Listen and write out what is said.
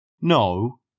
No